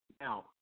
Now